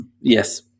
yes